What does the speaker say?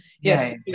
Yes